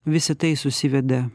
visa tai susiveda